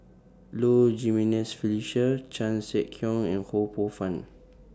Low Jimenez Felicia Chan Sek Keong and Ho Poh Fun